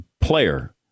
player